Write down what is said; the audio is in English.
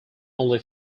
only